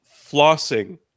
flossing